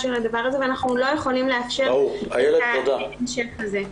זה ואנחנו לא יכולים לאפשר את ההמשך של זה.